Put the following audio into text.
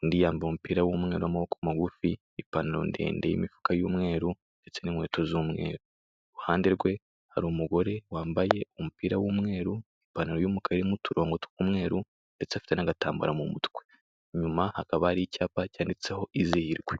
Undi yambaye umupira w'umweru w'amaboko magufi n'ipantaro ndende n'imifuka y'umweru ndetse n'inkweto z'umweru, iruhande rwe hari umugore wambaye umupira w'umweru n'ipantaro y'umukara irimo uturongo tw'umweru ndetse afite n'agatambaro mu mutwe. Nyuma hakaba hari icyapa cyanditseho izihirwe.